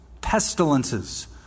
pestilences